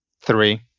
three